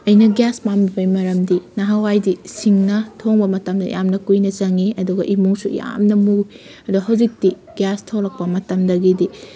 ꯑꯩꯅ ꯒ꯭ꯌꯥꯁ ꯄꯥꯝꯃꯤꯕꯩ ꯃꯔꯝꯗꯤ ꯅꯍꯥꯟꯋꯥꯏꯗꯤ ꯁꯤꯡꯅ ꯊꯣꯡꯕ ꯃꯇꯝꯗ ꯌꯥꯝꯅ ꯀꯨꯏꯅ ꯆꯪꯉꯤ ꯑꯗꯨꯒ ꯏꯃꯨꯡꯁꯨ ꯌꯥꯝꯅ ꯃꯨꯏ ꯑꯗꯨ ꯍꯧꯖꯤꯛꯇꯤ ꯒ꯭ꯌꯥꯁ ꯊꯣꯛꯂꯛꯄ ꯃꯇꯝꯗꯒꯤꯗꯤ